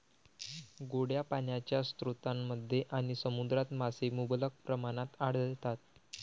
गोड्या पाण्याच्या स्रोतांमध्ये आणि समुद्रात मासे मुबलक प्रमाणात आढळतात